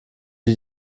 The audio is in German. die